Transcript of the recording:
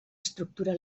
estructura